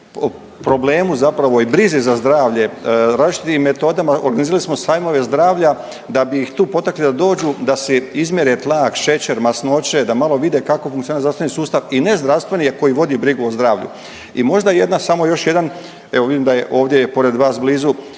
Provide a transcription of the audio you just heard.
problemu zapravo i brizi za zdravlje različitim metodama. Organizirali smo sajmove zdravlja da bi ih tu potakli da dođu da si izmjere tlak, šećer, masnoće da malo vide kako funkcionira zdravstveni sustav i nezdravstveni jer koji vodi brigu o zdravlju. I možda jedna, samo još jedan evo vidim da je ovdje pored vas blizu